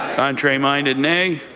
contrary-minded, nay?